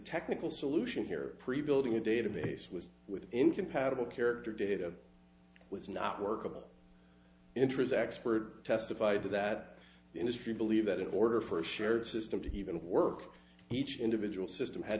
technical solution here prevailed in a database was with incompatible character data was not workable interest expert testified that the industry believe that in order for a shared system to even work each individual system had